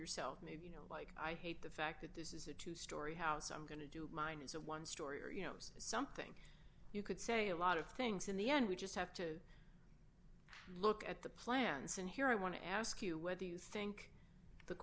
yourself maybe you know like i hate the fact that this is a two story house i'm going to do mine is a one story or you know something you could say a lot of things in the end we just have to look at the plans and here i want to ask you whether you think the